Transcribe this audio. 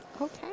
Okay